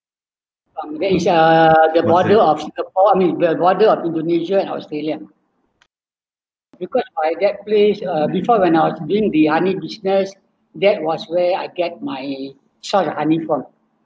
from there is uh the border of singapore I mean the border of indonesia and australia because by that place uh before when I was doing the honey business that was where I get my source of honey form